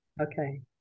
okay